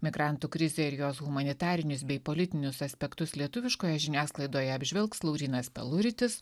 migrantų krizę ir jos humanitarinius bei politinius aspektus lietuviškoje žiniasklaidoje apžvelgs laurynas peluritis